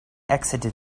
exited